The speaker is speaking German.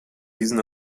diesen